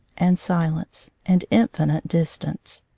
and silence, and infinite distance.